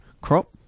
crop